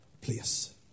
place